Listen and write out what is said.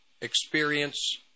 experience